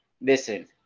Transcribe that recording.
listen